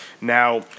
Now